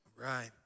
right